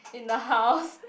in the house